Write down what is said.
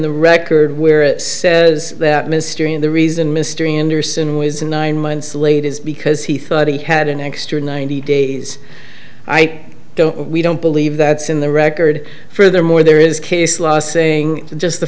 the record where it was that mysterious the reason mystery and or sin was in nine months late is because he thought he had an extra ninety days i don't we don't believe that's in the record furthermore there is case law saying just the